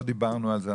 לא דיברנו על זה.